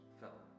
fell